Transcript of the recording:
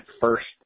first